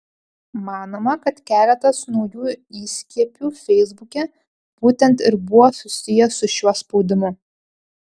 manoma kad keletas naujų įskiepių feisbuke būtent ir buvo susiję su šiuo spaudimu